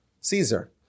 Caesar